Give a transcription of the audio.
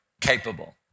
capable